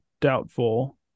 doubtful